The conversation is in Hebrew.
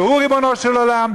שהוא ריבונו של עולם,